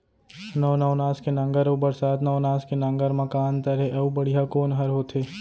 नौ नवनास के नांगर अऊ बरसात नवनास के नांगर मा का अन्तर हे अऊ बढ़िया कोन हर होथे?